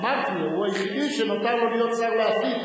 אמרתי שהוא היחידי שנותר לו להיות שר לעתיד,